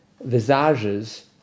visages